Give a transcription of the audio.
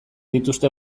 dituzte